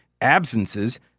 absences